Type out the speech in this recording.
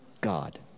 God